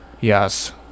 Yes